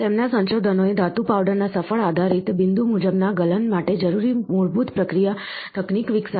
તેમના સંશોધનોએ ધાતુ પાવડરના સફળ આધારિત બિંદુ મુજબના ગલન માટે જરૂરી મૂળભૂત પ્રક્રિયા તકનીક વિકસાવી